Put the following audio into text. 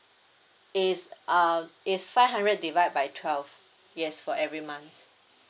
is uh it's five hundred divide by twelve yes for every month